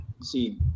see